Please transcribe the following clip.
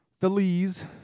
Feliz